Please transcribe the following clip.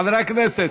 חברי הכנסת,